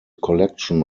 collection